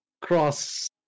cross